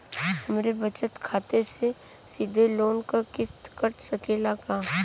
हमरे बचत खाते से सीधे लोन क किस्त कट सकेला का?